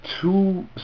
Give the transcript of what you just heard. two